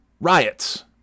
riots